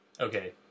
okay